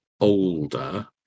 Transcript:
older